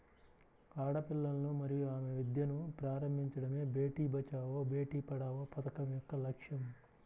ఆడపిల్లలను మరియు ఆమె విద్యను ప్రారంభించడమే బేటీ బచావో బేటి పడావో పథకం యొక్క లక్ష్యం